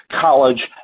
college